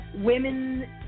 women